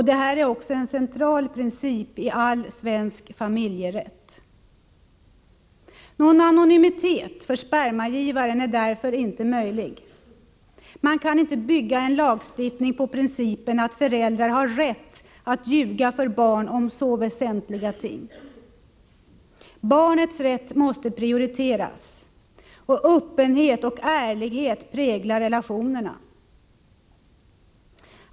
Detta är också en central princip i all svensk familjerätt. Någon anonymitet för spermagivaren är därför inte möjlig. Man kan inte bygga en lagstiftning på principen att föräldrar har rätt att ljuga för barn om så väsentliga ting. Barnets rätt måste prioriteras och öppenhet och ärlighet prägla relationerna.